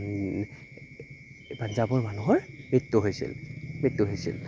পাঞ্জাৱৰ মানুহৰ মৃত্যু হৈছিল মৃত্যু হৈছিল